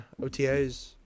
OTAs